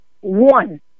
One